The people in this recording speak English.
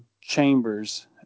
Chambers